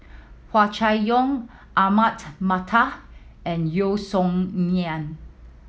Hua Chai Yong Ahmad Mattar and Yeo Song Nian